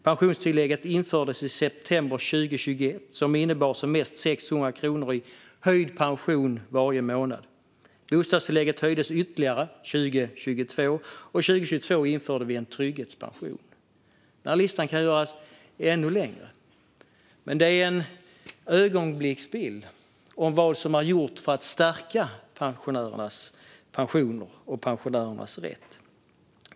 Pensionstillägget infördes i september 2020 och innebar som mest 600 kronor i höjd pension varje månad. Bostadstillägget höjdes ytterligare 2022, och 2022 införde vi en trygghetspension. Listan kan göras ännu längre, men detta är en ögonblicksbild av vad som har gjorts för att stärka pensionerna och pensionärernas rätt.